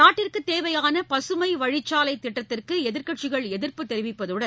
நாட்டிற்கு தேவையான பசுமை வழிச்சாலை திட்டத்திற்கு எதிர்கட்சிகள் எதிர்ப்பு தெரிவிப்பதுடன்